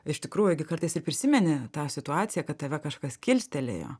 iš tikrųjų gi kartais ir prisimeni tą situaciją kad tave kažkas kilstelėjo